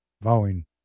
vowing